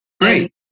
Great